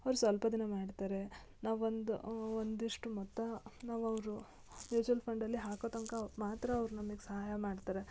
ಅವ್ರು ಸ್ವಲ್ಪ ದಿನ ಮಾಡ್ತಾರೆ ನಾವು ಒಂದು ಒಂದಿಷ್ಟು ಮೊತ್ತ ನಾವು ಅವ್ರ ಮ್ಯೂಚ್ವಲ್ ಫಂಡಲ್ಲಿ ಹಾಕೊ ತನಕ ಮಾತ್ರ ಅವ್ರು ನಮಿಗೆ ಸಹಾಯ ಮಾಡ್ತಾರೆ